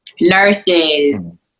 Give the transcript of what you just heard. Nurses